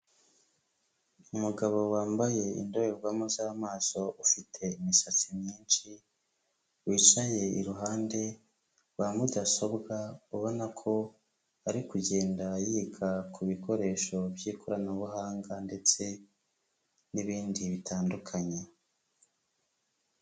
Umugabo wambaye indorerwamo z'amaso ufite imisatsi myinshi, wicaye iruhande rwa mudasobwa, ubona ko ari kugenda yiga ku bikoresho by'ikoranabuhanga ndetse n'ibindi bitandukanye.